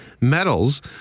Medals